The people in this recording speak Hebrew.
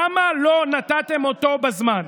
למה לא נתתם אותו בזמן?